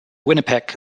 winnipeg